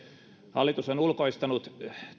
hallitus on ulkoistanut